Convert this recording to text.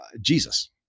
Jesus